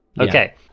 Okay